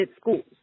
schools